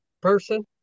person